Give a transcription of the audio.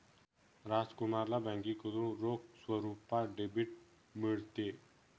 राजकुमारला बँकेकडून रोख स्वरूपात डेबिट मिळते